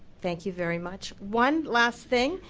thank you very much. one last thing.